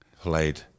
played